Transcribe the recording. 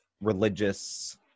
religious